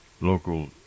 local